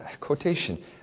quotation